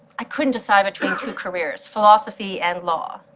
i couldn't decide between two careers, philosophy and law.